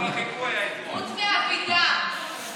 חוץ מאבידר.